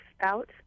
out